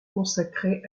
consacrées